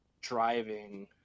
driving